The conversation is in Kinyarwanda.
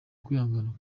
kwihangana